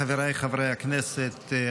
חבריי חברי הכנסת,